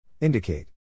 Indicate